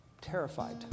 terrified